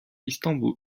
istanbul